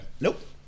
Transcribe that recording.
Nope